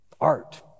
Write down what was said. art